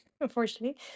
unfortunately